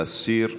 להסיר מסדר-היום.